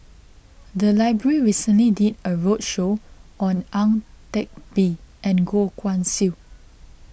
the library recently did a roadshow on Ang Teck Bee and Goh Guan Siew